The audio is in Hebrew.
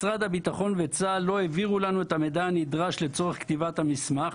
משרד הביטחון וצה"ל לא העבירו לנו את המידע הנדרש לצורך כתיבת המסמך